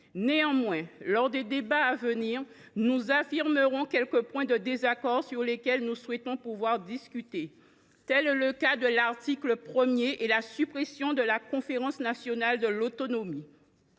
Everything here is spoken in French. Néanmoins, lors des débats à venir, nous reviendrons sur quelques points de désaccord au sujet desquels nous souhaitons discuter. Tel est le cas de l’article 1 et de la suppression de la conférence nationale de l’autonomie.